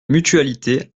mutualité